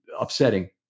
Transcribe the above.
upsetting